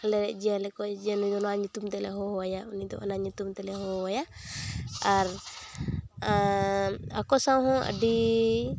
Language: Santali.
ᱟᱞᱮ ᱡᱤᱭᱟᱹᱞᱤ ᱠᱚ ᱡᱮ ᱱᱚᱣᱟ ᱧᱩᱛᱩᱢ ᱛᱮᱞᱮ ᱦᱚᱦᱚᱣᱟᱭᱟ ᱩᱱᱤ ᱫᱚ ᱚᱱᱟ ᱧᱩᱛᱩᱢ ᱛᱮᱞᱮ ᱦᱚᱦᱚᱣᱟᱭᱟ ᱟᱨ ᱟᱠᱚ ᱥᱟᱶ ᱦᱚᱸ ᱟᱹᱰᱤᱻ